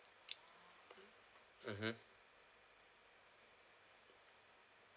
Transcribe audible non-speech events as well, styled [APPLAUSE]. [NOISE] mmhmm